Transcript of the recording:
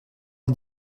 des